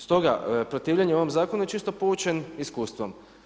Stoga protivljenje ovom zakonu je čisto poučen iskustvom.